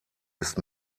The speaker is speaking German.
ist